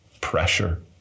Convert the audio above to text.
pressure